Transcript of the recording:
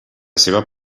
seva